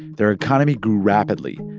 their economy grew rapidly.